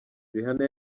rihanna